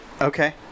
okay